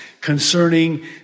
concerning